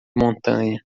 montanha